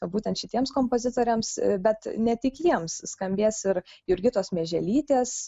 būtent šitiems kompozitoriams bet ne tik jiems skambės ir jurgitos mieželytės